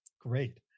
great